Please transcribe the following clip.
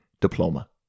diploma